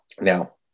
Now